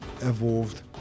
evolved